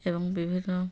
ଏବଂ ବିଭିନ୍ନ